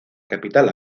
capital